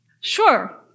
Sure